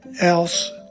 else